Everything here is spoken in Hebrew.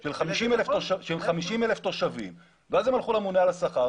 של 50,000 תושבים ואז הם הלכו לממונה על השכר,